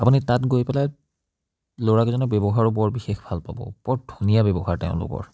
আপুনি তাত গৈ পেলাই ল'ৰাকিজনৰ ব্যৱহাৰো বৰ বিশেষ ভাল পাব বৰ ধুনীয়া ব্যৱহাৰ তেওঁলোকৰ